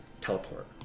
teleport